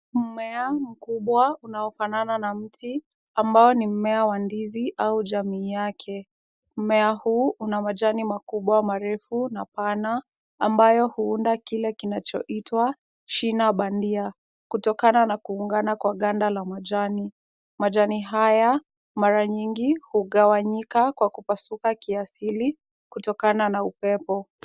Mmea mkubwa unao fanana na mti ambao ni mmea wa ndizi au jamii yake. Mmea huu una majani makubwa marefu na pana ambayo huunda kile kinachoitwa shina bandia kutokana na kuungana kwa ganda la majani. Majani haya mara nyingi hugawanyika kwa kupasuka kiasili kutokana na upepo.